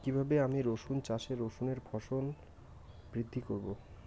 কীভাবে আমি রসুন চাষে রসুনের ফলন বৃদ্ধি করব?